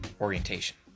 orientation